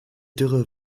dürre